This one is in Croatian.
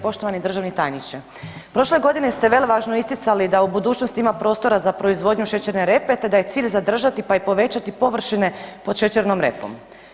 Poštovani državni tajniče, prošle godine ste velevažno isticali da u budućnosti ima prostora za proizvodnju šećerne repe, te da je cilj zadržati, pa i povećati površine pod šećernom repom.